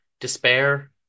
despair